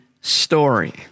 story